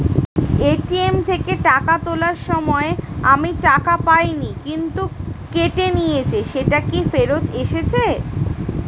ATM থেকে টাকা তোলার সময় আমি টাকা পাইনি কিন্তু কেটে নিয়েছে সেটা কি ফেরত এসেছে?